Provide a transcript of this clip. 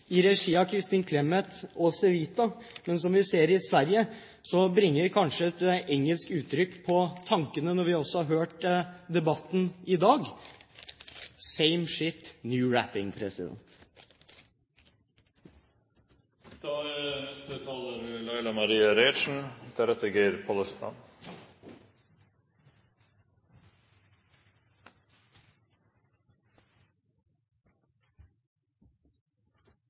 i regi av Kristin Clemet og Civita, men som vi ser i Sverige, og når vi også har hørt debatten i dag, bringer det kanskje tankene inn på